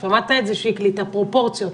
שיקלי, שמעת את הפרופורציות?